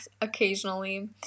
occasionally